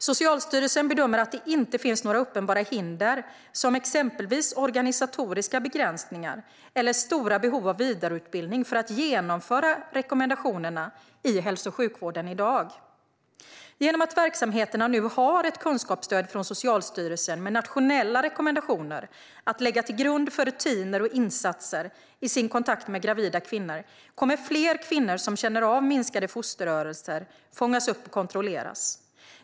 Socialstyrelsen bedömer att det inte finns några uppenbara hinder, exempelvis organisatoriska begränsningar eller stora behov av vidareutbildning, för att genomföra rekommendationerna i hälso och sjukvården i dag. Genom att verksamheterna nu har ett kunskapsstöd från Socialstyrelsen med nationella rekommendationer att lägga till grund för rutiner och insatser i sin kontakt med gravida kvinnor kommer fler kvinnor som känner av minskade fosterrörelser att fångas upp och kontrolleras.